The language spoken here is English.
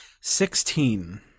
Sixteen